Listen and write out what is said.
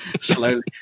slowly